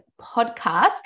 podcast